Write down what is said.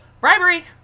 Bribery